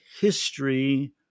history